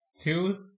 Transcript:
two